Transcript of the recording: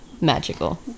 magical